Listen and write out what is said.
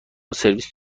سرویس